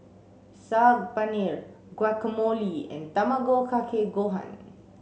Saag Paneer Guacamole and Tamago Kake Gohan